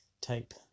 type